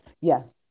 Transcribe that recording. yes